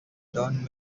turn